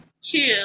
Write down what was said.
two